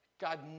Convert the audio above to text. God